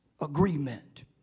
agreement